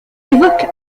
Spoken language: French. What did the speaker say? évoque